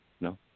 No